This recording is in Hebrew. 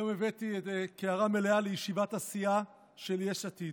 היום הבאתי קערה מלאה לישיבת הסיעה של יש עתיד.